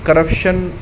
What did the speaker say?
corruption